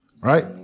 Right